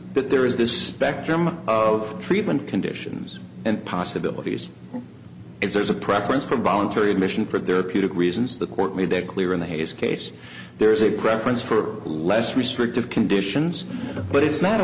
that there is this spectrum of treatment conditions and possibilities if there's a preference for voluntary admission for their putative reasons the court made that clear in the hayes case there is a preference for less restrictive conditions but it's not a